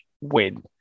win